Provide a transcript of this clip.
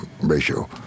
ratio